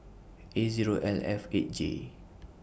A Zero L F eight J